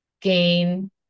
gain